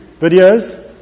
videos